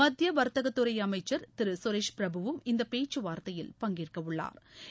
மத்திய வா்த்தகத்துறை அமைச்சா் திரு சுரேஷ் பிரபவும் இந்த பேச்சு வாா்த்தையில் பங்கேற்க உள்ளா்